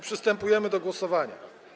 Przystępujemy do głosowania.